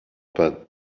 panne